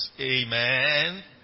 Amen